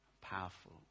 powerful